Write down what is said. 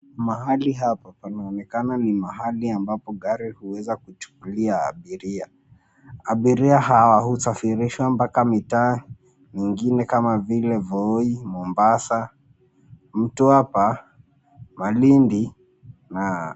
Mahali hapa, panaonekana ni mahali ambapo gari huweza kuchukulia abiria. Abiria hawa husafirishwa mpaka mitaa, mingine kama vile: Voi, Mombasa, Mtwapa, Malindi na.